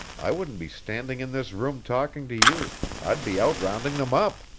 i wouldn't be standing in this room talking to you i'd be out rounding them up!